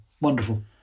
wonderful